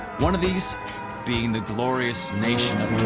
one of these being the glorious nation